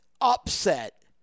upset